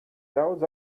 daudz